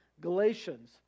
Galatians